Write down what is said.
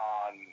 on